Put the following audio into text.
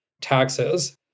taxes